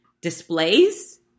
displays